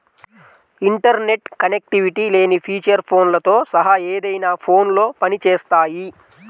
internet connectivity లేని feature ఫోన్లతో సహా ఏదైనా ఫోన్లో పని చేస్తాయి